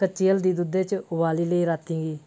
कच्ची हल्दी दुद्धै च बुआली लेई रातीं गी